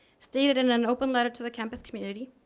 stated and an open later to the campus community.